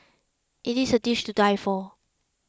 it is a dish to die for